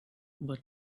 were